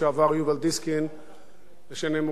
אשר נאמרו בזירה מאוד